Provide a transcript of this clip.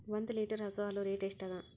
ಒಂದ್ ಲೀಟರ್ ಹಸು ಹಾಲ್ ರೇಟ್ ಎಷ್ಟ ಅದ?